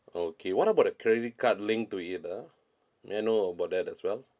okay what about the credit card linked to it ah may I know about that as well